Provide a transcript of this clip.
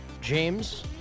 James